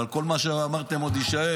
אבל כל מה שאמרתם עוד יישאר.